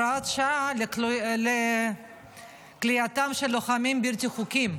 הוראת שעה לכליאתם של לוחמים בלתי חוקיים.